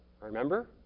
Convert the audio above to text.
Remember